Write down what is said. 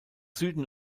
süden